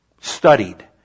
studied